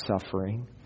suffering